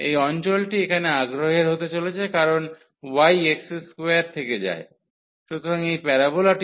এই অঞ্চলটি এখানে আগ্রহের হতে চলেছে কারণ y x2 থেকে যায় সুতরাং এই প্যারাবোলাটি হল 2 x